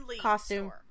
costume